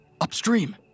Upstream